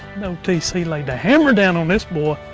new tc laid the hammer down on this boy!